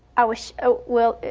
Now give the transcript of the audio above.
i was ah well,